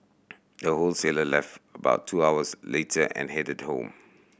the wholesaler left about two hours later and headed home